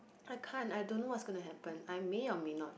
I can't I don't know what's gonna happen I may or may not